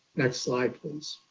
next slide, please.